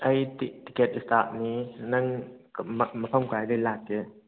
ꯑꯩ ꯇꯤꯛꯀꯦꯠ ꯏꯁꯇꯥꯄꯅꯤ ꯅꯪ ꯃꯐꯝ ꯀꯥꯏꯗꯩ ꯂꯥꯛꯀꯦ